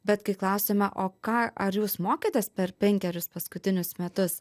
bet kai klausiame o ką ar jūs mokėtės per penkerius paskutinius metus